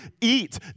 eat